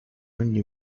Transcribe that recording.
ogni